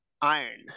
iron